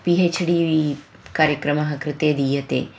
P H D वि कार्यक्रमस्य कृते दीयते